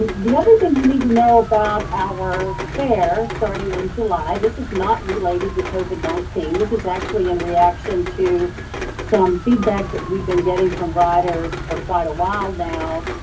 the other thing you need to know about our fare starting in july. this is not related to covid nineteen this is actually in reaction to some feedback that we've been getting from riders for quite awhile now.